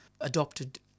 adopted